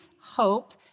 hope